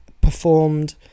performed